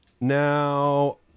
Now